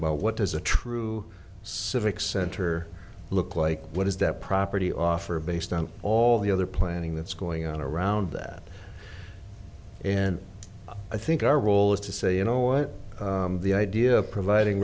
about what does a true civic center look like what does that property offer based on all the other planning that's going on around that and i think our role is to say you know what the idea of pr